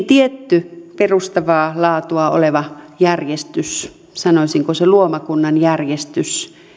tietty perustavaa laatua oleva järjestys sanoisinko se luomakunnan järjestys